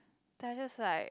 that I just like